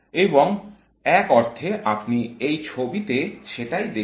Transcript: এবং এক অর্থে আপনি এই ছবিতে সেটাই দেখছেন